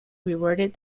rewarded